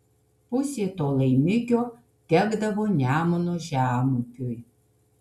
pusė to laimikio tekdavo nemuno žemupiui